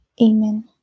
Amen